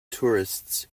tourists